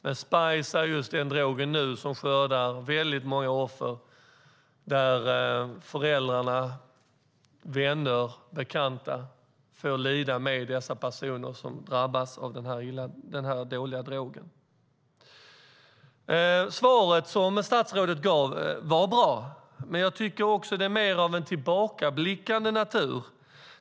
Men spice är just nu den drog som skördar många offer, där föräldrar, vänner och bekanta får lida med de personer som drabbas av den här dåliga drogen. Svaret som statsrådet gav var bra. Men det är mer av tillbakablickande natur.